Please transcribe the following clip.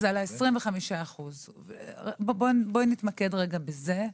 ה-25 אחוזים, בואי תמקד בזה.